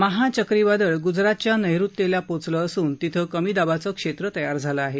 महा चक्रीवादळ गुजरातच्या नैऋत्येला पोचलं असून तिथं कमी दाबाचं क्षेत्र तयार झालं आहे